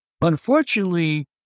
Unfortunately